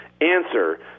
answer